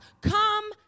come